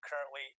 currently